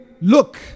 look